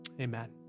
amen